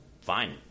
Fine